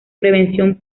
prevención